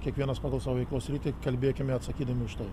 kiekvienas pagal savo veiklos sritį kalbėkime atsakydami už tai